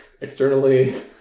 externally